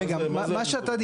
מה זה?